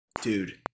Dude